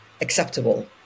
acceptable